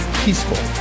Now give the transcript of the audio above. peaceful